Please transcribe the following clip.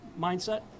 mindset